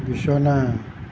বিছনা